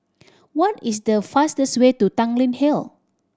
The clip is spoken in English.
what is the fastest way to Tanglin Hill